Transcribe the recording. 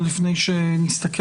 בבקשה.